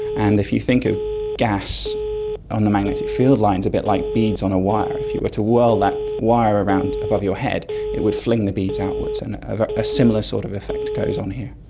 and if you think of gas on the magnetic field lines, a bit like beads on a wire, if you were to whirl that wire around above your head it would fling the beads outwards and a similar sort of effect goes on here.